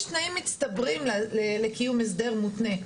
יש תנאים מצטברים לקיום הסדר מותנה.